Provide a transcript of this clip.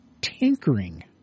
tinkering